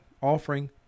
offering